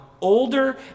Older